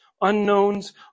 unknowns